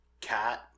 cat